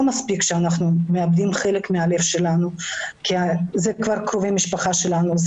לא מספיק שאנחנו מאבדים חלק מהלב שלנו כי הם כבר קרובי המשפחה שלנו,